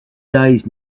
days